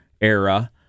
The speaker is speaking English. era